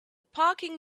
parking